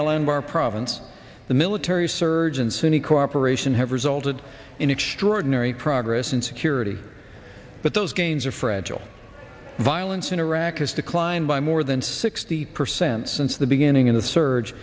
anbar province the military surge in sunni cooperation have resulted in extraordinary progress in security but those gains are fragile violence in iraq has declined by more than sixty percent since the beginning of the s